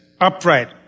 upright